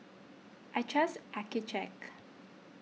I trust Accucheck